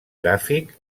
gràfic